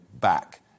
back